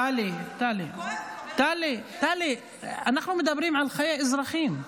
טלי, טלי, אנחנו מדברים על חיי אזרחים.